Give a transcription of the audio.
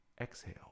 exhale